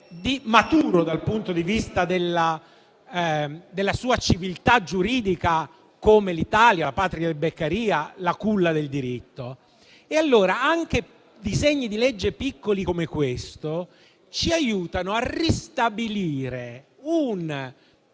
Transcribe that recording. maturo dal punto di vista della sua civiltà giuridica, come l'Italia, la patria di Beccaria, la culla del diritto. Pertanto, anche disegni di legge piccoli come questo ci aiutano a ristabilire una realtà